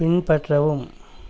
பின்பற்றவும்